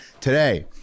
Today